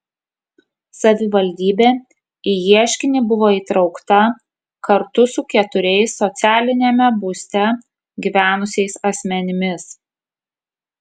savivaldybė į ieškinį buvo įtraukta kartu su keturiais socialiniame būste gyvenusiais asmenimis